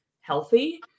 healthy